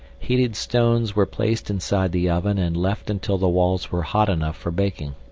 heated stones were placed inside the oven and left until the walls were hot enough for baking.